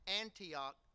Antioch